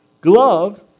glove